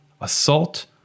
Assault